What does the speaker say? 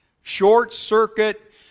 short-circuit